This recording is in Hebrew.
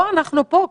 לא אנחנו פה,